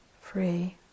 free